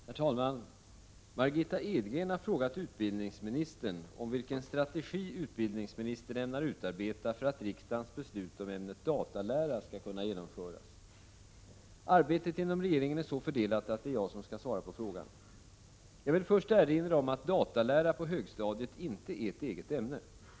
Herr talman! Margitta Edgren har frågat utbildningsministern om vilken strategi utbildningsministern ämnar utarbeta för att riksdagens beslut om ämnet datalära skall kunna genomföras. Arbetet inom regeringen är så fördelat att det är jag som skall svara på Jag vill först erinra om att datalära på högstadiet inte är ett eget ämne.